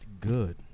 good